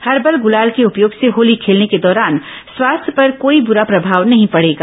herbal गुलाल के उपयोग से होली खेलने के दौरान स्वास्थ्य पर कोई बुरा प्रभाव नहीं पड़ेगा